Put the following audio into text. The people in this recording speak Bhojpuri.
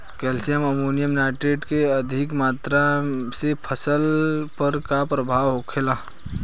कैल्शियम अमोनियम नाइट्रेट के अधिक मात्रा से फसल पर का प्रभाव होखेला?